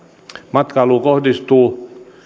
matkailuun kohdistuu